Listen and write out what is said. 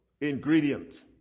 ingredient